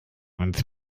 uns